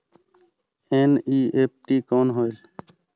NEFT कौन होएल?